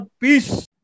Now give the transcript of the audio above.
peace